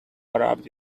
arrived